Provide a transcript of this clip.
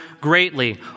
greatly